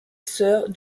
sœur